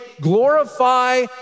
glorify